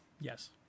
Yes